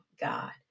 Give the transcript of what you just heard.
God